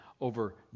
over